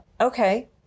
okay